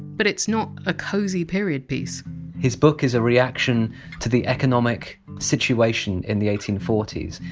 but it's not a cosy period piece his book is a reaction to the economic situation in the eighteen forty s.